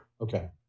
Okay